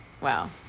wow